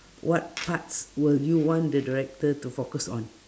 what parts will you want the director to focus on